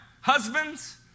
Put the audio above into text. Husbands